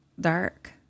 dark